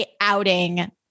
outing